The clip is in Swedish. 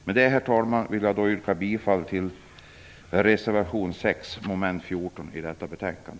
Med det, herr talman, vill jag yrka bifall till reservation 6, mom. 14, i detta betänkande.